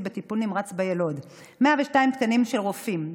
בטיפול נמרץ ביילוד ו-102 תקני רופאים.